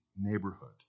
neighborhood